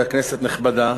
כנסת נכבדה,